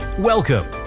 Welcome